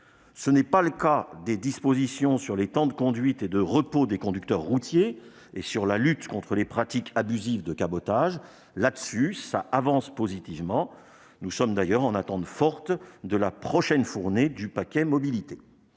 contrairement aux mesures sur les temps de conduite et de repos des conducteurs routiers et sur la lutte contre les pratiques abusives de cabotage, qui constituent des avancées positives. Nous sommes d'ailleurs en attente forte de la prochaine fournée du paquet mobilité.